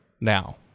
now